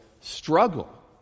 struggle